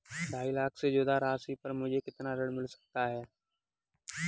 ढाई लाख से ज्यादा राशि पर मुझे कितना ऋण मिल सकता है?